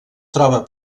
troba